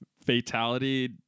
fatality